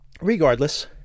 Regardless